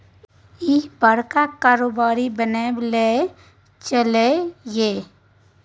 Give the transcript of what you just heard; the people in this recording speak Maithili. इह बड़का कारोबारी बनय लए चललै ये